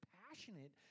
passionate